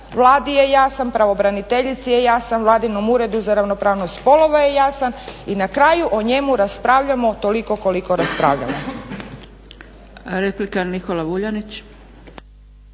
Vladi je jasan, pravobraniteljici je jasan, vladinom Uredu za ravnopravnost spolova je jasan i na kraju o njemu raspravljamo toliko koliko raspravljamo.